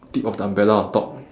tip of the umbrella on top